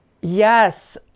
Yes